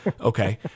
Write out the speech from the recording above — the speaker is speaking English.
okay